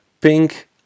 pink